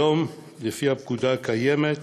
היום, לפי הפקודה הקיימת,